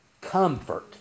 comfort